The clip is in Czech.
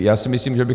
Já si myslím, že by...